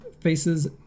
faces